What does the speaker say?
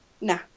Nah